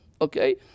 okay